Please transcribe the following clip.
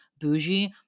bougie